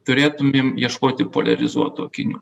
turėtumėm ieškoti poliarizuotų akinių